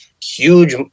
huge